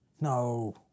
No